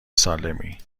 سالمی